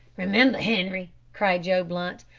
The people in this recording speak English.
remember, henri, cried joe blunt,